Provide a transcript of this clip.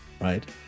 right